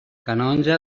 canonge